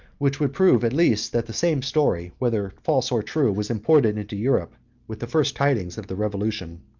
which would prove at least that the same story, whether false or true, was imported into europe with the first tidings of the revolution.